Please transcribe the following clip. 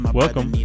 welcome